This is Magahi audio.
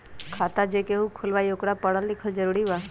खाता जे केहु खुलवाई ओकरा परल लिखल जरूरी वा?